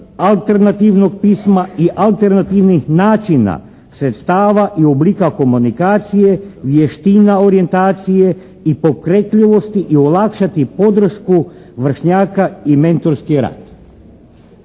alternativnog pisma i alternativnih načina sredstava i oblika komunikacije, vještina orijentacije i pokretljivosti i olakšati podršku vršnjaka i mentorski rad.